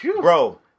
Bro